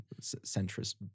centrist